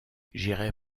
j’irai